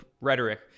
rhetoric